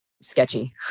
sketchy